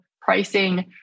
pricing